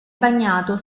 bagnato